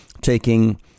taking